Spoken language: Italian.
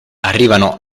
arrivano